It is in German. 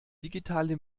digitale